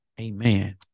amen